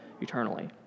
eternally